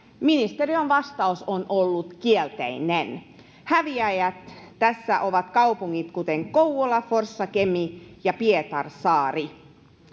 ministeriön vastaus on ollut kielteinen häviäjät tässä ovat kaupungit kuten kouvola forssa kemi ja pietarsaari